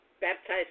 baptized